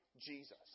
Jesus